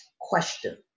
question